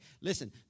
Listen